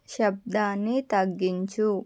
శబ్దాన్ని తగ్గించు